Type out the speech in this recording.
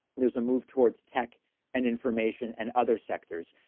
there's a move towards tech and information and other sectors.